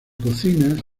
cocina